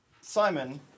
Simon